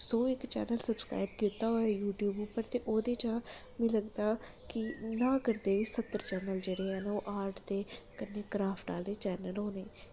में कोई सौ क चैनल सब्सक्राइब कीते दा होए यूट्यूब पर ओह्दे चां मिगी लगदा कि नां नां करदे होई बी सत्तर चैनल जेह्ड़े हैन ओह् आर्ट ते कन्नै क्राफ्ट आह्ले चैनल होने